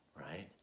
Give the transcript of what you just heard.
right